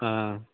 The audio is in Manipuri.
ꯑꯥ